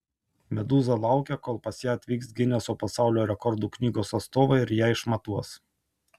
medūza laukia kol pas ją atvyks gineso pasaulio rekordų knygos atstovai ir ją išmatuos